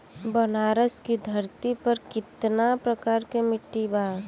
बनारस की धरती पर कितना प्रकार के मिट्टी बा?